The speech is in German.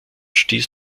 stieß